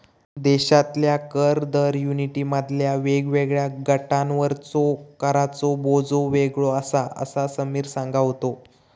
देशातल्या कर दर युनिटमधल्या वेगवेगळ्या गटांवरचो कराचो बोजो वेगळो आसा, असा समीर सांगा होतो